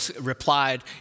replied